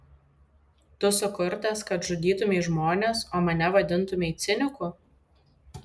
tu sukurtas kad žudytumei žmones o mane vadintumei ciniku